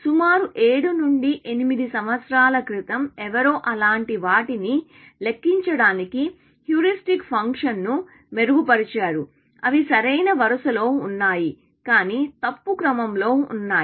సుమారు 7 నుండి 8 సంవత్సరాల క్రితం ఎవరో అలాంటి వాటిని లెక్కించడానికి హ్యూరిస్టిక్ ఫంక్షన్ను మెరుగుపరిచారు అవి సరైన వరుసలో ఉన్నాయి కానీ తప్పు క్రమంలో ఉన్నాయి